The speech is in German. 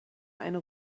eine